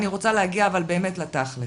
אני רוצה להגיע באמת לתכל'ס.